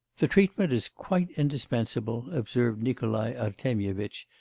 the treatment is quite indispensable observed nikolai artemyevitch,